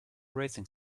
racing